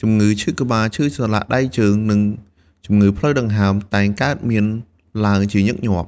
ជំងឺឈឺក្បាល ឈឺសន្លាក់ដៃជើង និងជំងឺផ្លូវដង្ហើមតែងកើតមានឡើងជាញឹកញាប់។